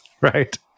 right